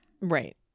Right